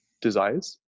desires